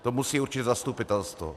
To musí určit zastupitelstvo.